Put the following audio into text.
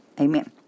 Amen